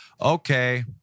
okay